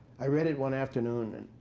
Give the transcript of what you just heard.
i read it one afternoon.